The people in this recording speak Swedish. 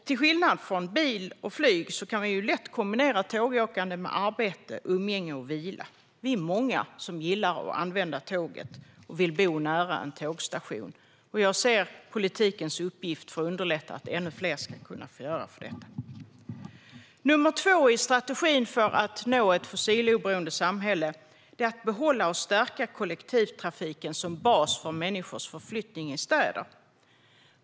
Till skillnad från bil och flyg kan tågåkande lätt kombineras med arbete, umgänge och vila. Vi är många som gillar att använda tåget och vill bo nära en tågstation. Jag ser det som politikens uppgift att underlätta för fler att göra detta. Den andra strategin handlar om att behålla och stärka kollektivtrafiken som bas för människors förflyttning i städer.